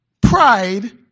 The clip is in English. pride